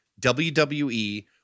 WWE